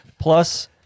Plus